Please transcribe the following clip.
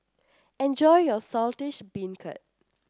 enjoy your Saltish Beancurd